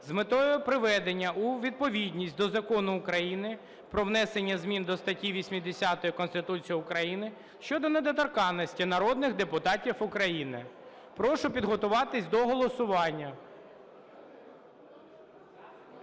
з метою приведення у відповідність до Закону України "Про внесення змін до статті 80 Конституції України щодо недоторканності народних депутатів України". Прошу підготуватись до голосування.